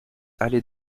allée